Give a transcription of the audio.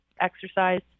Exercise